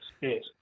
yes